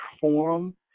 forum